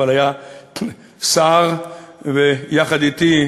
אבל היה שר יחד אתי,